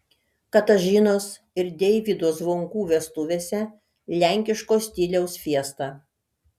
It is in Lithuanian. katažinos ir deivydo zvonkų vestuvėse lenkiško stiliaus fiesta